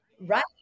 Right